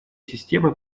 системы